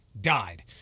died